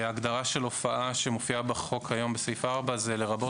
הגדרה של הופעה שמופיעה בחוק היום בסעיף 4 זה לרבות